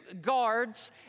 guards